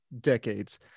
decades